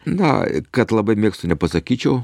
na kad labai mėgstu nepasakyčiau